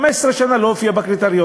15 שנה לא הופיע בקריטריונים.